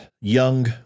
young